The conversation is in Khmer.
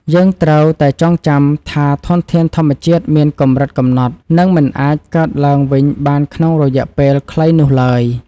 យើងត្រូវតែចងចាំថាធនធានធម្មជាតិមានកម្រិតកំណត់ និងមិនអាចកើតឡើងវិញបានក្នុងរយៈពេលខ្លីនោះឡើយ។